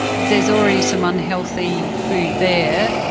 there's already some unhealthy food there,